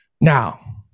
Now